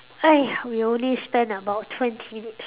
!aiya! we only spend about twenty minutes